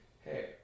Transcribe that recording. hey